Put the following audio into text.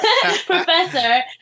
professor